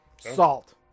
salt